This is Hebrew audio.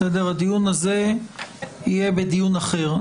הדיון הזה יהיה בדיון אחר.